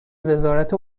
وزارت